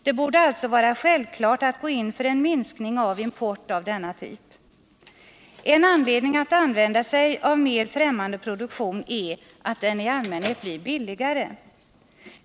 Det borde alltså vara självklart att gå in för en minskning av import av denna typ. En anledning att använda sig av mer främmande produktion är att den i allmänhet blir billigare.